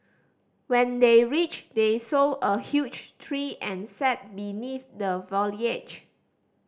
when they reached they saw a huge tree and sat beneath the foliage